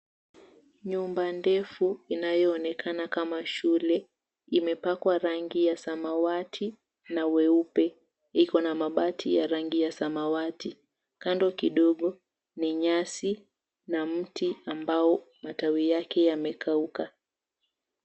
Nyumba ndefu inayoonekana kama shule, imepakwa rangi ya samawati na weupe, ikona mabati ya rangi ya samawati. Kando kidogo ni nyasi na mti ambao matawi yake yamekauka.